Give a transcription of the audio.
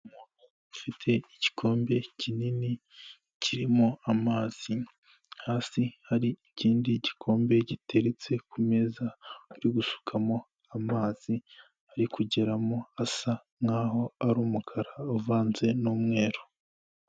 Ufite igikombe kinini kirimo amazi hasi hari ikindi gikombe giteretse ku meza bari gusukamo amazi ari kugeramo asa n'aho ari umukara uvanze n'umweru.